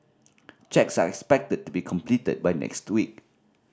checks are expected to be completed by next week